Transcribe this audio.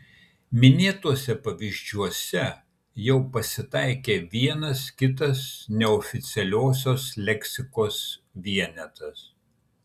minėtuose pavyzdžiuose jau pasitaikė vienas kitas neoficialiosios leksikos vienetas